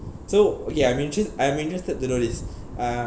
so okay I interes~ I am interested to know this uh